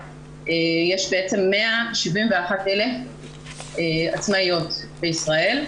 יש 171,000 עצמאיות בישראל.